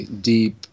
deep